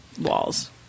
walls